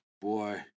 Boy